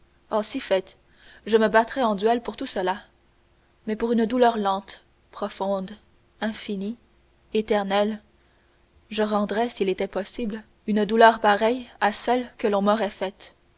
si fait je me battrais en duel pour tout cela mais pour une douleur lente profonde infinie éternelle je rendrais s'il était possible une douleur pareille à celle que l'on m'aurait faite